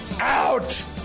Out